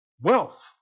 wealth